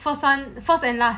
first [one] first and last